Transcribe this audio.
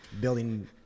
building